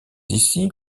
ici